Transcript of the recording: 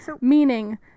Meaning